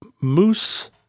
moose